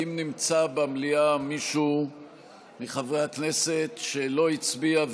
האם נמצא במליאה מישהו מחברי הכנסת שלא הצביע,